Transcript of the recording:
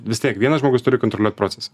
vis tiek vienas žmogus turi kontroliuot procesą